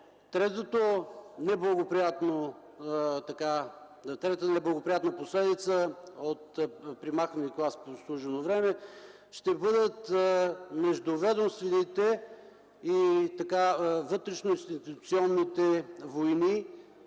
Третата неблагоприятна последица от премахването на клас „прослужено време” ще бъдат междуведомствените и вътрешноинституционални войни,